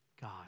God